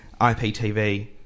IPTV